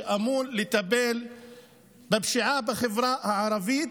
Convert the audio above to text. שאמור לטפל בפשיעה בחברה הערבית.